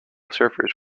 surfers